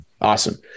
Awesome